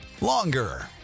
longer